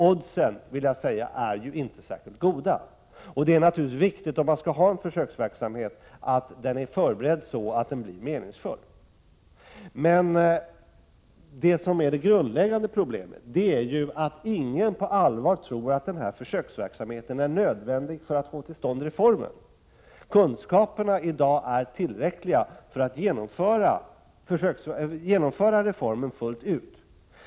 Oddsen, vill jag påstå, är inte särskilt goda. Det är naturligtvis viktigt, om man skall ha en försöksverksamhet, att denna är förberedd så att den blir meningsfull. Det grundläggande problemet är att ingen på allvar tror att denna försöksverksamhet är nödvändig för att få till stånd reformen. Kunskaperna är i dag tillräckliga för att man skall kunna genomföra reformen fullt ut.